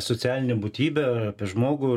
socialinę būtybę apie žmogų